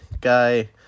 guy